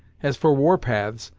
as for war paths,